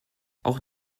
auch